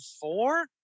four